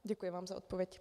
Děkuji vám za odpověď.